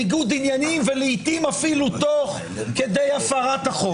ניגוד עניינים ולעיתים אפילו תוך כדי הפרת החוק.